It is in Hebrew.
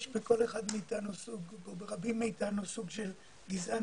בכל אחד מאתנו או ברבים מאתנו סוג של גזען